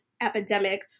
epidemic